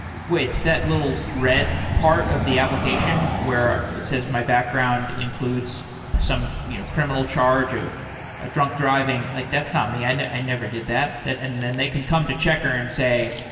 wait, that little red part of the application where it says my background includes some you know criminal charge of a drunk driving, like that's not me. and i never did that that and then they can come to checkr and say,